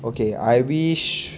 okay I wish